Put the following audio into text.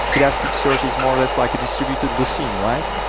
elasticsearch is more or less like a distributed lucene, right?